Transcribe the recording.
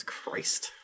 Christ